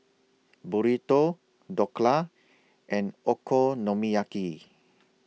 Burrito Dhokla and Okonomiyaki